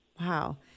Wow